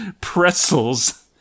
Pretzels